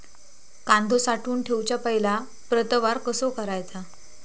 कांदो साठवून ठेवुच्या पहिला प्रतवार कसो करायचा?